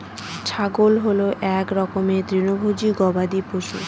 ছাগল হল এক রকমের তৃণভোজী গবাদি পশু